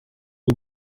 aho